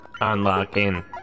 unlocking